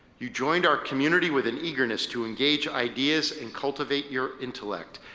you joined our community with an eagerness to engage ideas and cultivate your intellect,